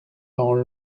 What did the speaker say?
dans